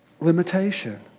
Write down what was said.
limitation